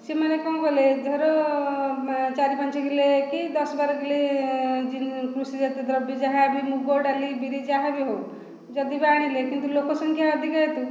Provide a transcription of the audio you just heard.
ସେମାନେ କଣ କଲେ ଧର ଚାରି ପାଞ୍ଚ କିଲେ କି ଦଶ ବାର କିଲେ କୃଷିଜାତୀୟ ଦ୍ରବ୍ୟ ଯାହା ବି ମୁଗ ଡାଲି ବିରି ଯାହା ବି ହେଉ ଯଦି ବା ଆଣିଲେ କିନ୍ତୁ ଲୋକ ସଂଖ୍ୟା ଅଧିକ ହେତୁ